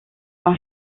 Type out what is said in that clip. vin